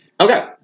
Okay